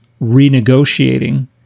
renegotiating